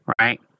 right